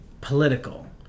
Political